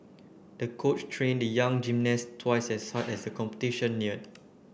the coach trained the young gymnast twice as hard as the competition neared